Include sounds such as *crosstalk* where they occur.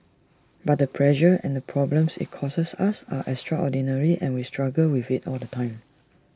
but the pressure and problems IT causes *noise* us are extraordinary and we struggle with IT all the time *noise*